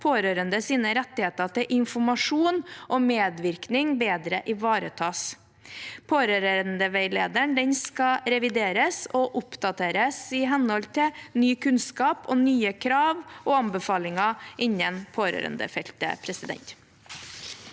pårørendes rettigheter til informasjon og medvirkning bedre ivaretas. Pårørendeveilederen skal revideres og oppdateres i henhold til ny kunnskap og nye krav og anbefalinger innen pårørendefeltet. Presidenten